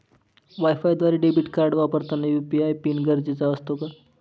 वायफायद्वारे debit card वापरताना UPI PIN गरजेचा असतो का?